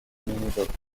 minnesota